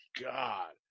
God